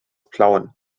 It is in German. plauen